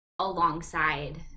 alongside